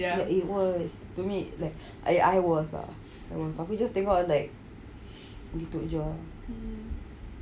it was to me like I I was ah you know sambil just dengar like untuk jer